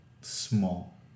small